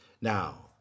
Now